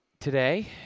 Today